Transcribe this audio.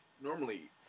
normally